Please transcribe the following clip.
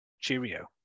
cheerio